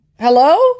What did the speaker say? Hello